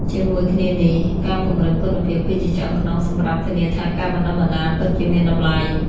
ជាមួយគ្នានេះ ការពង្រឹងគុណភាព គឺជាឆ្អឹងខ្នងសម្រាប់ធានាថាការបណ្តុះបណ្តាលពិតជាមានតម្លៃ។